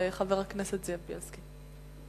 לחבר הכנסת זאב בילסקי.